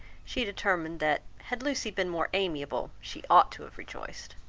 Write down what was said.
she determined, that had lucy been more amiable, she ought to have rejoiced.